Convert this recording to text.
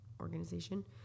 organization